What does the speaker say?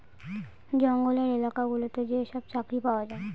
জঙ্গলের এলাকা গুলোতে যেসব চাকরি পাওয়া যায়